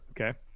Okay